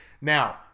now